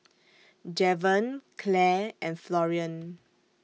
Javen Clair and Florian